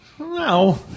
No